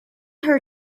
her